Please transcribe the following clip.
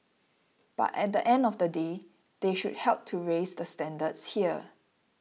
but at the end of the day they should help to raise the standards here